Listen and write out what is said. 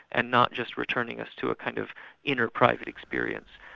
and not just returning us to a kind of inner private experience,